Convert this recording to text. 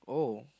oh